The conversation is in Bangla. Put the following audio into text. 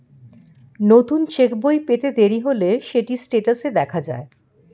নতুন চেক্ বই পেতে দেরি হলে সেটি স্টেটাসে দেখা যায়